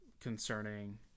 concerning